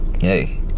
hey